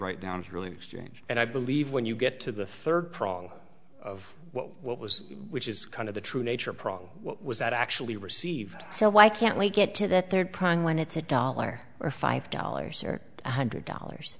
right down to really change and i believe when you get to the third prong of what was which is kind of the true nature prong what was that actually received so why can't we get to that third prong when it's a dollar or five dollars or one hundred dollars